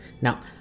Now